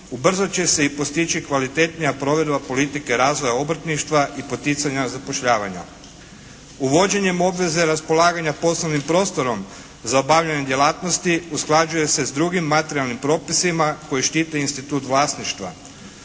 ubrzat će se i postići kvalitetnija provedba politike razvoja obrtništva i poticanja zapošljavanja. Uvođenje obveze raspolaganja poslovnim prostorom za obavljanje djelatnosti usklađuje se s drugim materijalnim propisima koji štite institut vlasništva.